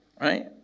right